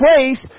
place